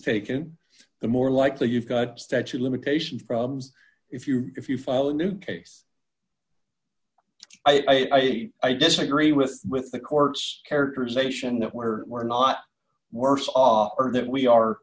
taken the more likely you've got statute limitations problems if you if you file a new case i i disagree with with the court's characterization that where we're not worse off or that we are